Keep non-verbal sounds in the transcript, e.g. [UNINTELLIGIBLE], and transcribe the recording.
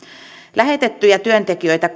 lähetettyjä työntekijöitä [UNINTELLIGIBLE]